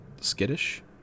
skittish